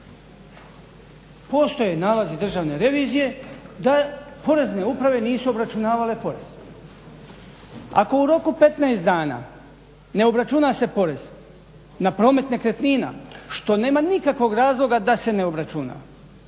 Postoje nalazi Državne revizije da porezne uprave nisu obračunavale porez. Ako u roku od 15 dana ne obračuna se porez na promet nekretnina, što nema nikakvog razloga da se ne obračuna,